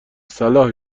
صلاح